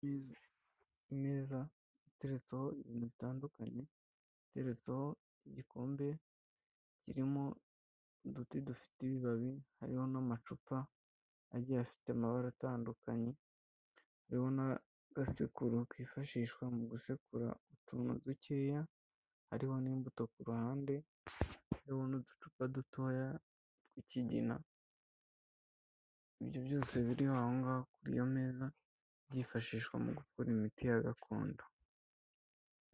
Ameza yateretseho ibintu bitandukanye, ateretseho igikombe, kirimo uduti dufite ibibabi, hariho n'amacupa agiye afite amabara atandukanye, hariho n'agasekururo kifashishwa mu gusekura utuntu dukeya, hariho n'imbuto ku ruhande, hariho n'uducupa dutoya k'ikigina, ibyo byose biri aho ngaho kuri iyo meza, byifashishwa mu gukora imiti ya gakondo.